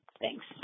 Thanks